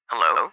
Hello